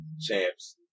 champs